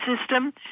system